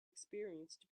experienced